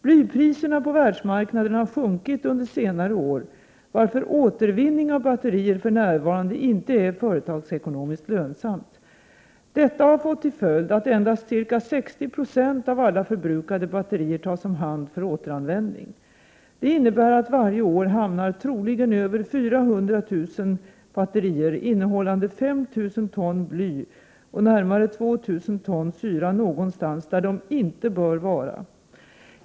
Blypriserna på världsmarknaden har sjunkit under senare år, varför återvinning av batterier för närvarande inte är företagsekonomiskt lönsamt. Detta har fått till följd att endast ca 60 96 av alla förbrukade batterier tas om hand för återanvändning. Det innebär att troligen över 400 000 batterier innehållande 5 000 ton bly och närmare 2 000 ton syra varje år hamnar någonstans där de inte bör vara.